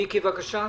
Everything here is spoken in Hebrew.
מיקי , בבקשה.